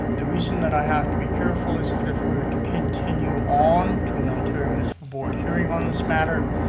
the reason that i have to be careful is that if we're to continue on to an ontario municipal board hearing on this matter,